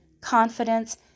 confidence